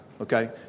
okay